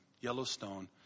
Yellowstone